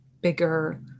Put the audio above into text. bigger